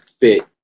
fit